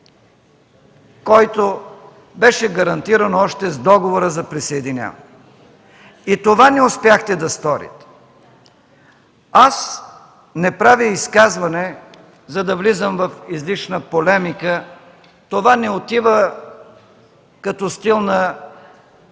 което беше гарантирано още с договора за присъединяване. И това не успяхте да сторите. Аз не правя изказване, за да влизам в излишна полемика, това не отива като стил на